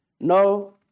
No